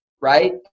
right